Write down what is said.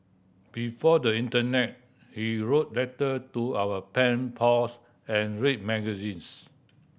before the internet we wrote letter to our pen pals and read magazines